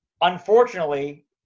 Unfortunately